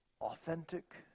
authentic